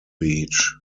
beach